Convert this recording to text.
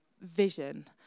vision